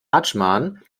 adschman